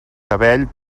cabell